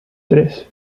tres